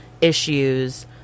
issues